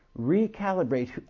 recalibrate